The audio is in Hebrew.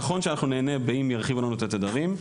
נכון שאנחנו נהנה באם ירחיבו לנו את התדרים.